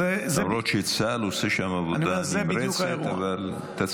למרות שצה"ל עושה שם עבודה נמרצת, אבל אתה צודק.